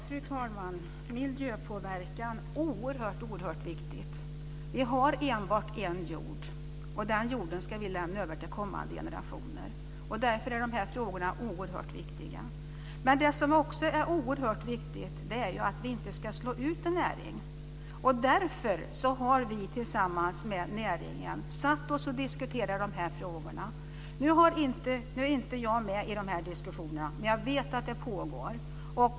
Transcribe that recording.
Fru talman! Frågan om miljöpåverkan är oerhört viktig. Vi har enbart en jord, och den jorden ska vi lämna över till kommande generationer. Därför är de här frågorna oerhört viktiga. Men det som också är oerhört viktigt är att vi inte ska slå ut en näring. Därför har vi tillsammans med näringen satt oss och diskuterat de här frågorna. Nu är jag inte med i de här diskussionerna, men jag vet att de pågår.